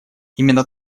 именно